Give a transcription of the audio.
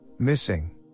Missing